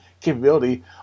capability